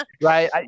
Right